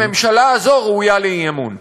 הממשלה הזאת ראויה לאי-אמון.